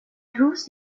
روز